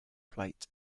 plate